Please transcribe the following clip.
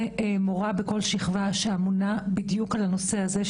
מורה בכל שיכבה שאמונה בדיוק על הנושא הזה,